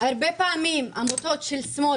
הרבה פעמים קשה לבלוע עמותות של השמאל